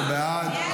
נגד.